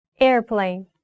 Airplane